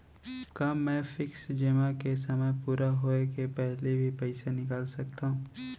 का मैं फिक्स जेमा के समय पूरा होय के पहिली भी पइसा निकाल सकथव?